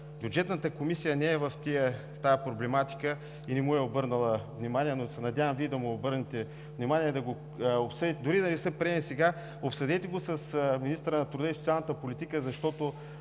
Бюджетната комисия не е в тази проблематика и не му е обърнала внимание, но се надявам Вие да му обърнете внимание и да го обсъдите. Дори и да не се приеме сега, обсъдете го с министъра на труда и социалната политика, защото